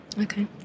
Okay